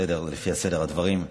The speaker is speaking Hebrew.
לפי סדר הדברים.